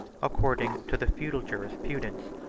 according to the feudal jurisprudence,